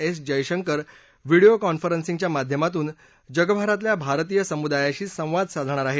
S Jaishankar video कॉन्फरन्सिंगच्या माध्यमातून जगभरातल्या भारतीय समुदायाशी संवाद साधणार आहेत